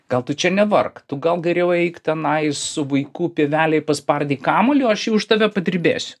gal tu čia nevark tu gal geriau eik tenai su vaiku pievelėj paspardyt kamuolį o aš čia už tave padirbėsiu